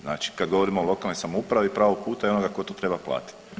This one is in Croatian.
Znači kad govorimo o lokalnoj samoupravi i pravo puta i onoga tko to treba platiti.